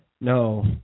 No